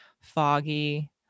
foggy